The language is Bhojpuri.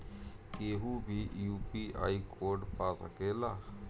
केहू भी यू.पी.आई कोड पा सकेला?